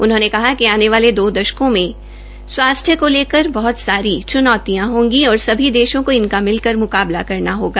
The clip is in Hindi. उन्होंने कहा कि आने वाले दो दशकों में स्वास्थ्य को लेकर बहत सारी च्नौतियां होगी और सभी देशों को इनका मिलकर मुकाबला करना होगा